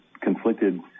conflicted